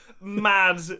mad